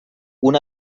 una